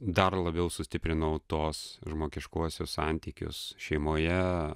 dar labiau sustiprinau tos žmogiškuosius santykius šeimoje